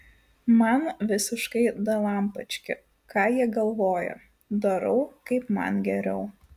man visiškai dalampački ką jie galvoja darau kaip man geriau